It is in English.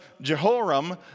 Jehoram